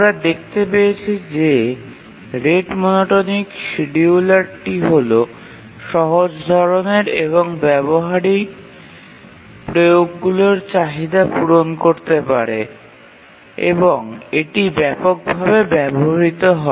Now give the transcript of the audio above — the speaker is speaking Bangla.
আমরা দেখতে পেয়েছি যে রেট মনোটনিক শিডিয়ুলারটি হল সহজ ধরনের এবং ব্যবহারিক প্রয়োগগুলির চাহিদা পূরণ করতে পারে এবং এটি ব্যাপকভাবে ব্যবহৃত হয়